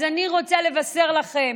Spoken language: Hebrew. אז אני רוצה לבשר לכם